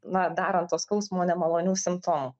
na dar ant to skausmo nemalonių simptomų